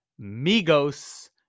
Migos